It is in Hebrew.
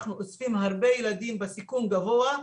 אנחנו אוספים הרבה ילדים בסיכון גבוה,